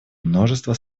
множество